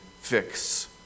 fix